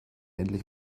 endlich